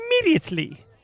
immediately